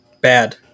Bad